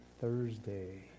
Thursday